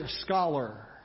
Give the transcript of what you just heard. scholar